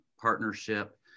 partnership